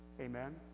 Amen